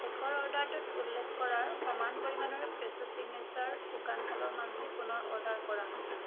শেষৰ অৰ্ডাৰটোত উল্লেখ কৰাৰ সমান পৰিমাণৰে ফ্ৰেছো চিগনেচাৰ শুকান ফলৰ মাঞ্চি পুনৰ অৰ্ডাৰ কৰা